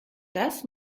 das